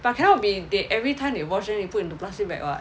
but cannot be they everytime they wash then they put into plastic bag [what]